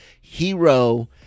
hero